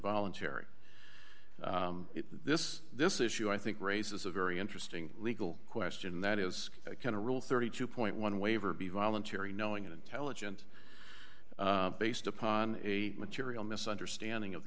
voluntary this this issue i think raises a very interesting legal question that is kind of a rule thirty two point one waiver be voluntary knowing intelligent based upon a material misunderstanding of the